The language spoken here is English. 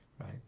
Right